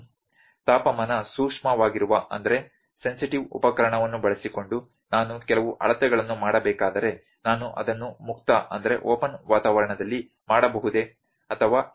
ತಾಪಮಾನ ಸೂಕ್ಷ್ಮವಾಗಿರುವ ಉಪಕರಣವನ್ನು ಬಳಸಿಕೊಂಡು ನಾನು ಕೆಲವು ಅಳತೆಗಳನ್ನು ಮಾಡಬೇಕಾದರೆ ನಾನು ಅದನ್ನು ಮುಕ್ತ ವಾತಾವರಣದಲ್ಲಿ ಮಾಡಬಹುದೇ ಅಥವಾ ಇಲ್ಲ